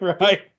right